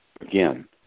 Again